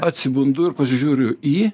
atsibundu ir pasižiūriu į